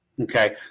Okay